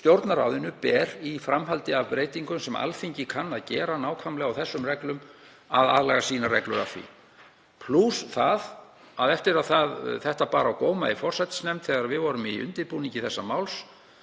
Stjórnarráðinu ber í framhaldi af breytingum sem Alþingi kann að gera nákvæmlega á þessum reglum að aðlaga reglur sínar að því, plús það að eftir að þetta bar á góma í forsætisnefnd, þegar við vorum í undirbúningi þessa máls,